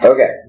Okay